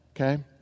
Okay